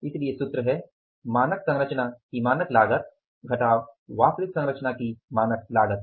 इसलिए सूत्र है मानक संरचना की मानक लागत घटाव वास्तविक संरचना की मानक लागत